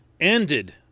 ended